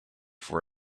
for